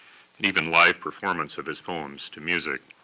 and even live performance of his poems to music.